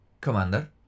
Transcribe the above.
Commander